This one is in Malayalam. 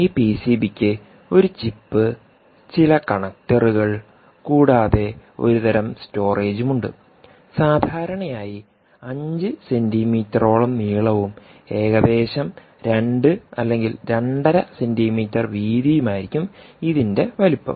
ഈ പിസിബിക്ക് ഒരു ചിപ്പ് ചില കണക്റ്ററുകൾ കൂടാതെ ഒരുതരം സ്റ്റോറേജുമുണ്ട് സാധാരണയായി 5 സെന്റിമീറ്ററോളം നീളവും ഏകദേശം 2 അല്ലെങ്കിൽ രണ്ടര സെന്റിമീറ്റർ വീതിയും ആയിരിക്കും ഇതിന്റെ വലിപ്പം